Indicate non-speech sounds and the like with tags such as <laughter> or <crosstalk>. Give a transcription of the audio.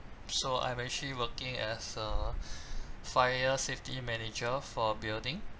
so I'm actually working as a <breath> fire safety manager for building